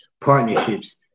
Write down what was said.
partnerships